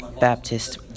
Baptist